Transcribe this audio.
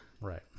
right